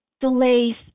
delays